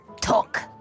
talk